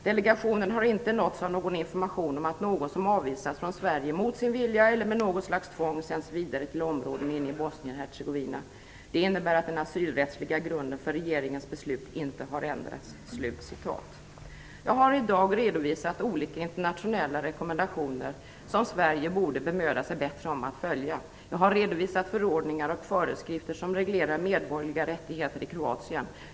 Delegationen har inte nåtts av någon information om att någon som avvisats från Sverige mot sin vilja eller med något slags tvång sänts vidare till områden inne i Bosnien-Hercegovina. Det innebär att den asylrättsliga grunden för regeringens beslut inte har förändrats." Jag har i dag redovisat olika internationella rekommendationer som Sverige borde bemöda sig bättre om att följa. Jag har redovisat förordningar och föreskrifter som reglerar medborgerliga rättigheter i Kroatien.